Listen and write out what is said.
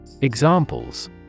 Examples